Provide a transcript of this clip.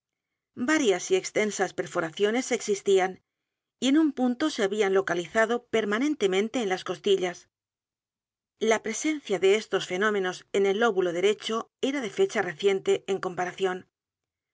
varias y extensas perforaciones existían y en un punto se habían localizado permanentemente en las costillas la presencia de estos fenómenos en el lóbulo derecho era de fecha reciente en comparación